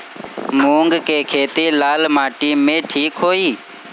मूंग के खेती लाल माटी मे ठिक होई?